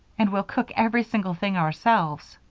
and we'll cook every single thing ourselves.